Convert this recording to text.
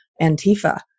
Antifa